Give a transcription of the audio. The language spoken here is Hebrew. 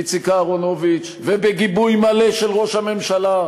איציק אהרונוביץ, ובגיבוי מלא של ראש הממשלה,